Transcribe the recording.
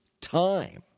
time